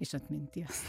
iš atminties